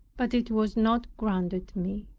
but it was not granted me.